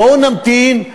בואו נמתין.